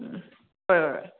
ꯍꯣꯏ ꯍꯣꯏ